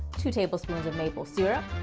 two tablespoons of maple syrup,